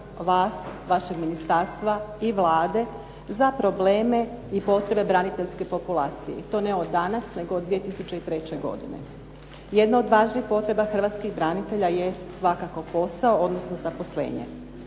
vas, vašeg ministarstva i Vlade za probleme i potrebe braniteljske populacije i to ne od danas, nego od 2003. godine. Jedna od važnih potreba hrvatskih branitelja je svakako posao odnosno zaposlenje.